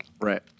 Right